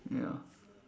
ya